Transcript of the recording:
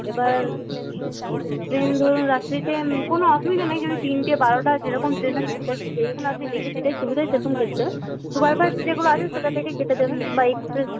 এবার ট্রেন ধরুন রাত্রিতে কোনো অসুবিধে নেই যদি তিনটে বারোটা যেরকম ট্রেন আছে সেটা একটু দেখুন আপনি দেখে যেটায় সুবিধা হয় সেরকমই সুপারফাস্ট যেগুলো আছে সেটা থেকেই কেটে দেবেন বা এক্সপ্রেস